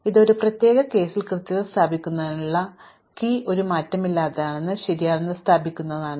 അതിനാൽ ഈ പ്രത്യേക കേസിൽ കൃത്യത സ്ഥാപിക്കുന്നതിനുള്ള താക്കോൽ ഒരു മാറ്റമില്ലാത്തത് ശരിയാണെന്ന് സ്ഥാപിക്കുന്നതാണ്